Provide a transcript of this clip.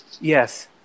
Yes